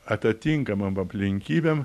atitinkamom aplinkybėm